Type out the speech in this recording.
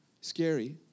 scary